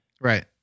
Right